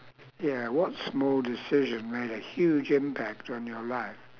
ya what small decision made a huge impact on your life